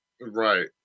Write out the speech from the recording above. Right